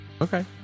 Okay